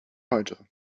heute